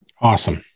awesome